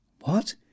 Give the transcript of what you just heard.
What